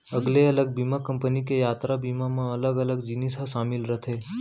अलगे अलग बीमा कंपनी के यातरा बीमा म अलग अलग जिनिस ह सामिल रथे